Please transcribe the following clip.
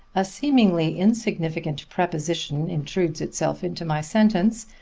a seemingly insignificant preposition intrudes itself into my sentence,